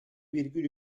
virgül